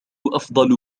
أفضل